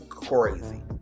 Crazy